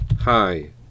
Hi